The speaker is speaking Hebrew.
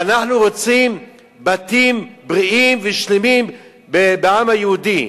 ואנחנו רוצים בתים בריאים ושלמים בעם היהודי,